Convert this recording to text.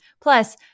Plus